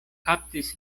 kaptis